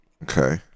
Okay